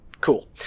Cool